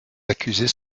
accusés